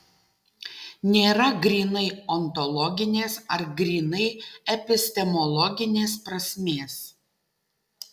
nėra grynai ontologinės ar grynai epistemologinės prasmės